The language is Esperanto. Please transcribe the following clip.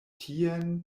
tien